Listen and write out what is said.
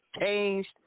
changed